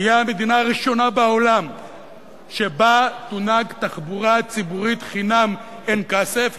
תהיה המדינה הראשונה בעולם שבה תונהג תחבורה ציבורית חינם אין כסף.